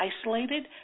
isolated